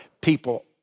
people